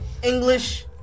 English